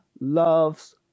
loves